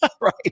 Right